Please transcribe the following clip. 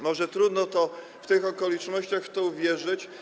Może trudno w tych okolicznościach w to uwierzyć.